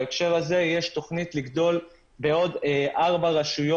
בהקשר הזה יש תכנית לגדול בעוד 4 רשויות.